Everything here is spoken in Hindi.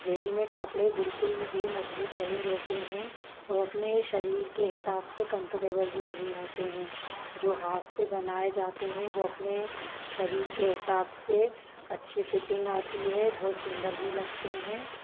रेडीमेड कपड़े बिल्कुल भी मजबूत नहीं रहते हैं और अपने शरीर के हिसाब से कम्फ़र्टेबल भी नहीं होते हैं जो हाथ से बनाए जाते हैं वह अपने शरीर के हिसाब से अच्छी फ़िटिंग आती है बहुत सुंदर भी लगते हैं